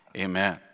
amen